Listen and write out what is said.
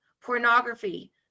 pornography